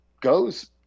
goes